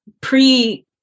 pre-